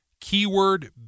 Keyword